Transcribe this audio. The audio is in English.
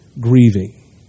grieving